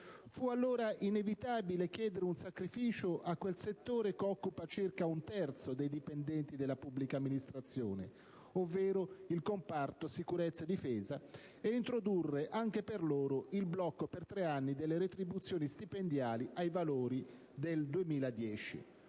Fu allora inevitabile chiedere un sacrificio a quel settore, che occupa circa un terzo dei dipendenti della pubblica amministrazione, ovvero i comparti Sicurezza e Difesa, e introdurre anche per chi vi opera il blocco per tre anni delle retribuzioni stipendiali ai valori del 2010.